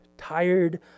Tired